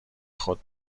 خود